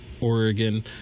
Oregon